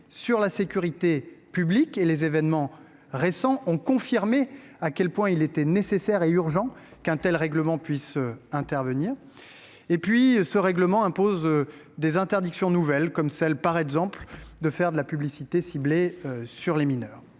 sur la sécurité publique. Les événements récents ont confirmé à quel point il était nécessaire et urgent qu’un tel règlement puisse intervenir. Enfin, ce règlement impose des interdictions nouvelles, par exemple la publicité ciblée sur les mineurs.